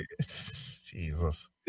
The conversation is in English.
Jesus